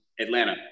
Atlanta